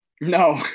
No